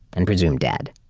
and presumed dead.